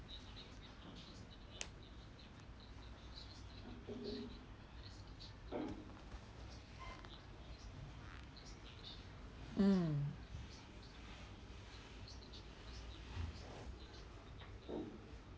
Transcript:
mm